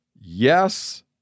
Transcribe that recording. yes